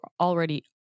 already